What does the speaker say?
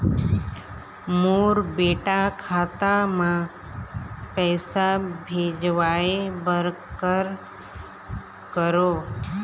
मोर बेटा खाता मा पैसा भेजवाए बर कर करों?